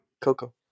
coco